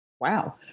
Wow